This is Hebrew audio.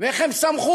ואיך הם שמחו.